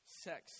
sex